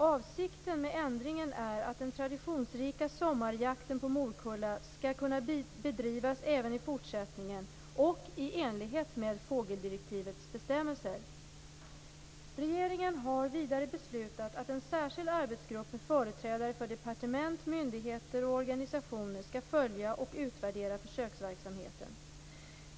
Avsikten med ändringen är att den traditionsrika sommarjakten på morkulla skall kunna bedrivas även i fortsättningen och i enlighet med fågeldirektivets bestämmelser. Regeringen har vidare beslutat att en särskild arbetsgrupp med företrädare för departementet, myndigheter och organisationer skall följa och utvärdera försöksverksamheten.